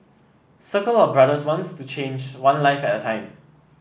Circle of Brothers wants to change one life at a time